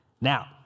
Now